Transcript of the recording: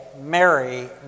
Mary